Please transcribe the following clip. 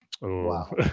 Wow